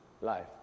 life